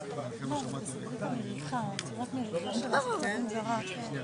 תקנות מס רכוש וקרן פיצויים (תשלום פיצויים) (נזק מלחמה ונזק עקיף)